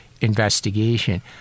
investigation